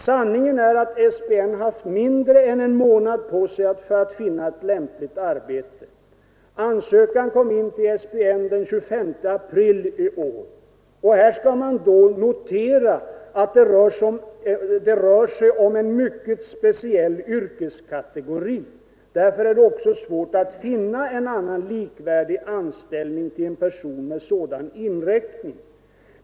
Sanningen är att SPN haft mindre än en månad på sig för att finna ett lämpligt arbete. Ansökan kom in till SPN den 25 april i år. Här skall man då notera att det rör sig om en mycket speciell yrkeskategori, varför det är svårt att finna en annan likvärdig anställning till en person med sådan inriktning.